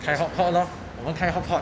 try hot pot lor 我们开 hotpot